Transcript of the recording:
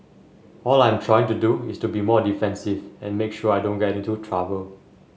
all I am trying to do is to be more defensive and make sure I don't get into trouble